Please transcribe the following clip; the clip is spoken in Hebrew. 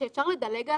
שאפשר לדלג עליו?